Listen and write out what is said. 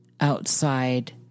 outside